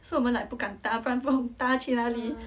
so 我们 like 不敢搭不然不懂搭去哪里